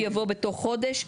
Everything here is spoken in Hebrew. יבוא "בתוך חודש".